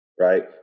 Right